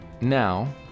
now